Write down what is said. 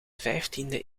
vijftiende